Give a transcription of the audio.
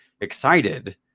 excited